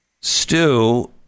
Stu